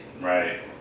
Right